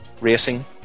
Racing